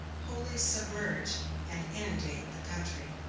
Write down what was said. wholly submerge and inundate the country.